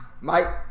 Mike